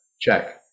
Check